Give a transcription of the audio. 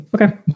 Okay